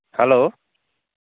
hello